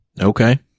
Okay